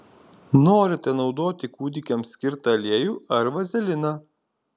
norite naudoti kūdikiams skirtą aliejų ar vazeliną